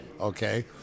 Okay